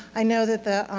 i know that the